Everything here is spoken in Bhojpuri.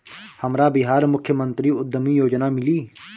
हमरा बिहार मुख्यमंत्री उद्यमी योजना मिली?